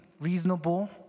reasonable